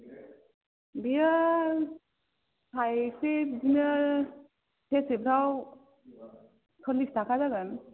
बेयो खायसे बिदिनो सेरसोफ्राव सल्लिस थाखा जागोन